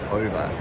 over